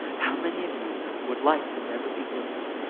how many of you would like to never be guilty,